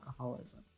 alcoholism